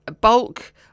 bulk